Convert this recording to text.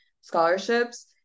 scholarships